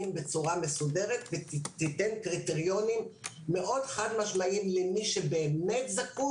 בצורה מסודרת ותיתן קריטריונים מאוד חד משמעיים למי שבאמת זקוק